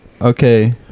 Okay